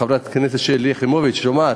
חברת הכנסת שלי יחימוביץ, שומעת?